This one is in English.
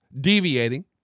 deviating